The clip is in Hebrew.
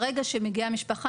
ברגע שמגיעה משפחה,